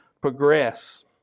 progress